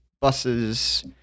buses